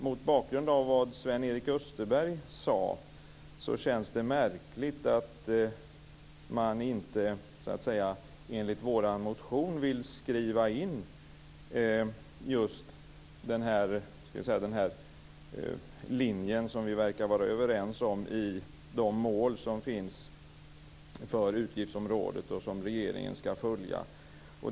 Mot bakgrund av vad Sven-Erik Österberg sade känns det märkligt att man inte som föreslås i vår motion vill skriva in den linje vi är överens om i de mål som finns för utgiftsområdet och som regeringen skall följa.